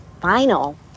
final